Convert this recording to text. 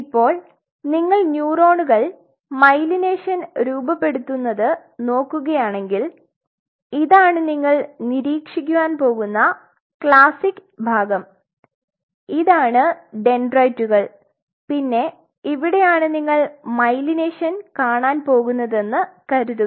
ഇപ്പോൾ നിങ്ങൾ ന്യൂറോണുകൾ മൈലൈനേഷൻ രൂപപ്പെടുത്തുന്നത് നോക്കുകയാണെങ്കിൽ ഇതാണ് നിങ്ങൾ നിരീക്ഷിക്കുവാൻ പോകുന്ന ക്ലാസിക് ഭാഗം ഇതാണ് ഡെൻഡ്രൈറ്റുകൾ പിന്നെ ഇവിടെയാണ് നിങ്ങൾ മൈലൈനേഷൻ കാണാൻ പോകുന്നതെന്ന് കരുതുക